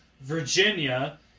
Virginia